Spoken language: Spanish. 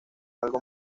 algo